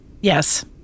Yes